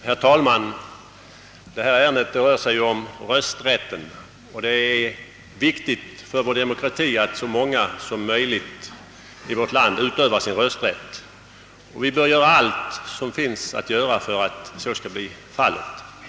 Herr talman! Förevarande ärende gäller rösträtten. Det är ju viktigt för demokratin att så många som möjligt i vårt land utövar sin rösträtt, och vi bör göra allt som är möjligt för att så skall bli fallet.